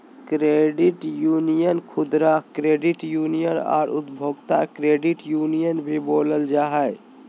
credit union खुदरा credit union आर उपभोक्ता क्रेडिट यूनियन भी बोलल जा हइ